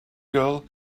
girl